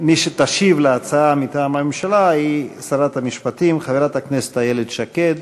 מי שתשיב על ההצעה מטעם הממשלה היא שרת המשפטים חברת הכנסת איילת שקד,